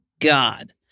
God